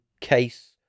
case